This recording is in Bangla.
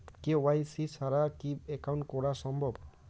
কে.ওয়াই.সি ছাড়া কি একাউন্ট করা সম্ভব?